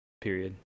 period